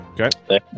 Okay